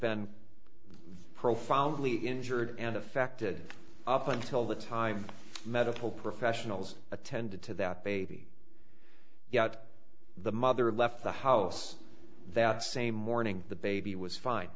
been profoundly injured and affected up until the time medical professionals attended to that baby the out the mother left the house that same morning the baby was fine